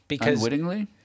Unwittingly